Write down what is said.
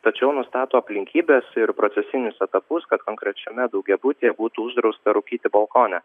tačiau nustato aplinkybes ir procesinius etapus kad konkrečiame daugiabutyje būtų uždrausta rūkyti balkone